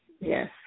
Yes